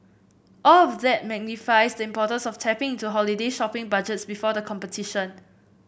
all of that magnifies the importance of tapping into holiday shopping budgets before the competition